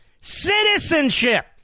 citizenship